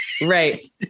Right